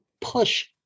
push